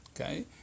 Okay